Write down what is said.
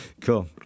cool